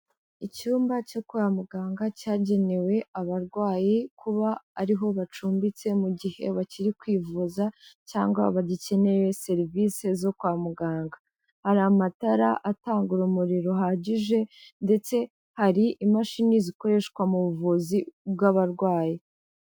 Icyumba cyo kwa muganga cyagenewe abarwayi kuba ariho bacumbitse mu gihe bakiri kwivuza cyangwa bagikeneye serivisi zo kwa muganga. Hari amatara atanga urumuri ruhagije ndetse hari imashini zikoreshwa mu buvuzi bw'abarwayi.